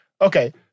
Okay